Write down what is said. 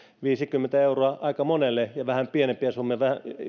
viisikymmentä euroa aika monelle ja vähän pienempiä summia